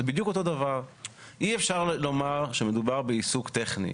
שאי אפשר לומר שמדובר בעיסוק טכני.